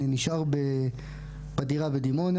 אני נשאר בדירה בדימונה.